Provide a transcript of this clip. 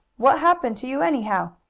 what happened to you, anyhow?